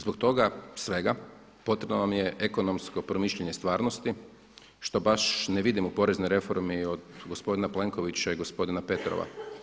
Zbog toga svega potrebno vam je ekonomsko promišljanje stvarnosti što baš ne vidim u poreznoj reformi od gospodina Plenkovića i gospodina Petrova.